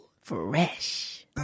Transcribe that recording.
fresh